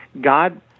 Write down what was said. God